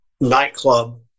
nightclub